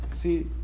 See